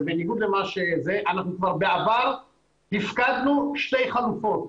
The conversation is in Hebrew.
אנחנו כבר בעבר הפקדנו שתי חלופות.